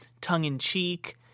tongue-in-cheek